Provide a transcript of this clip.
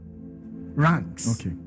ranks